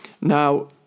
Now